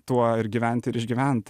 tuo ir gyvent ir išgyvent